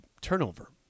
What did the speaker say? turnover